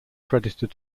credited